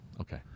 Okay